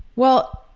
well,